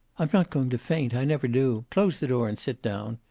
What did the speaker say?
i'm not going to faint. i never do. close the door and sit down.